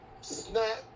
snap